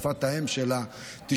שפת האם שלה: אלוקים,